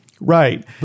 Right